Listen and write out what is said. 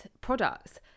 products